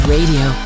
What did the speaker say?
Radio